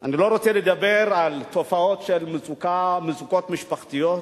אני לא רוצה לדבר על תופעות של מצוקות משפחתיות,